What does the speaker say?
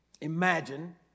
imagine